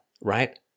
right